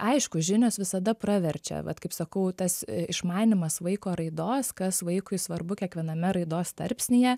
aišku žinios visada praverčia vat kaip sakau tas išmanymas vaiko raidos kas vaikui svarbu kiekviename raidos tarpsnyje